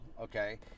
okay